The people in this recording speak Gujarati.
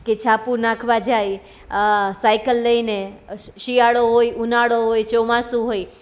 કે છાપુ નાખવા જાય સાયકલ લઈને શિયાળો હોય ઉનાળો હોય ચોમાસું હોય